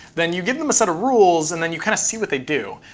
then you give them a set of rules, and then you kind of see what they do.